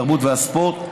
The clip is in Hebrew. התרבות והספורט,